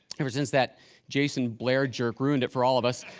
ever since that jayson blair jerk ruined it for all of us.